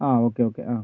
ആ okay okay ആ